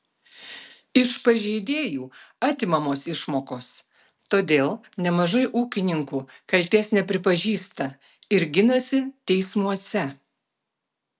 iš pažeidėjų atimamos išmokos todėl nemažai ūkininkų kaltės nepripažįsta ir ginasi teismuose